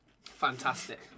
Fantastic